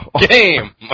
Game